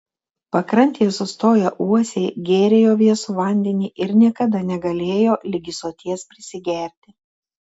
pakrantėje sustoję uosiai gėrė jo vėsų vandenį ir niekada negalėjo ligi soties prisigerti